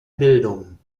bildung